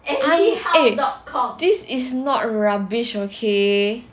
eh this is not rubbish okay